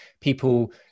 people